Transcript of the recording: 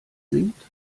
singt